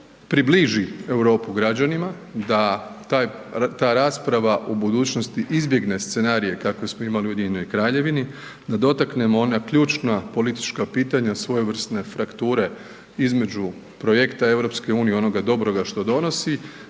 približi Europu građanima, da ta rasprava u budućnosti izbjegne scenarije kakve smo imali u Ujedinjenoj Kraljevini, da dotaknemo ona ključna politička pitanja svojevrsne frakture između projekta EU, onoga dobroga što donosi